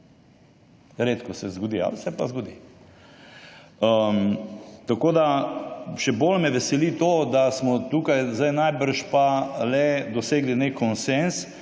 Redko se zgodi, ampak se pa zgodi. Tako, da še bolj me veseli to, da smo tukaj zdaj najbrž pa le dosegli nek konsenz,